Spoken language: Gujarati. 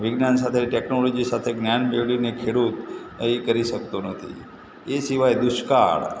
વિજ્ઞાન સાથે ટેક્નોલોજી સાથે જ્ઞાન મેળવીને ખેડૂત એ કરી શકતો નથી એ સિવાય દુષ્કાળ